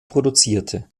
produzierte